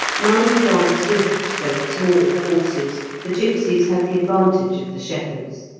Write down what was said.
mounted on swift, though small, horses, the gipsies had the advantage of the shepherds.